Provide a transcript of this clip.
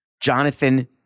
Jonathan